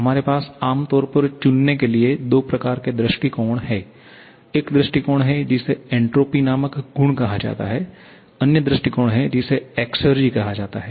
हमारे पास आम तौर पर चुनने के लिए दो प्रकार के दृष्टिकोण हैं एक दृष्टिकोण है जिसे एन्ट्रॉपी नामक गुण कहा जाता है अन्य दृष्टिकोण है जिसे एक्सेरजी कहा जाता है